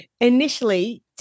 initially